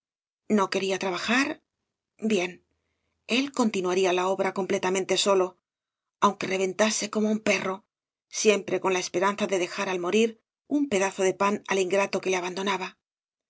no quería trabajai bien él continuaría la obra completamente solo aunque reventase como un perro siempre con la esperanza de dejar al morir un pedazo de pan al ingrato que le abandonaba pero lo